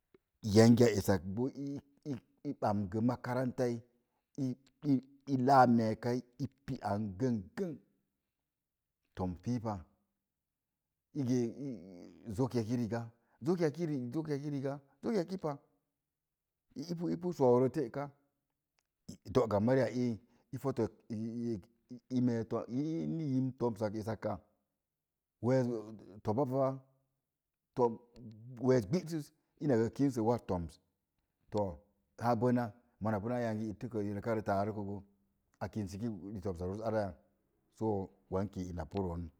Yangi a esak boo bams makaranta i i i laa mee kai i i pi ang gə gəg toms pi pa i gə gə bok yaki rii zok yaki riza zok yaki pa ii pu soo rə teka dooga mari a ii, pota i ii n toms esak ai wess topa pa in wess gbəsis in boo kən waz toms ta ha bona mona pi naa dangi itiko reka rə tariko gə a kin sə tomsa ros graye bawanki ina pu non.